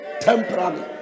temporarily